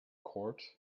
cord